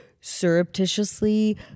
surreptitiously